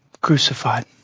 crucified